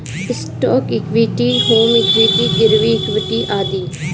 stock equity, home equity, गिरवी equity आदि